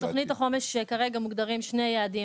בתוכנית החומש כרגע מוגדרים שני יעדים,